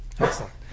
excellent